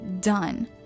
done